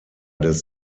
des